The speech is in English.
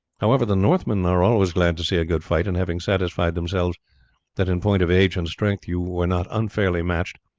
however, the northmen are always glad to see a good fight, and having satisfied themselves that in point of age and strength you were not unfairly matched,